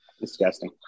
Disgusting